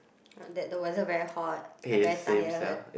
uh that the weather very hot I very tired